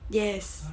yes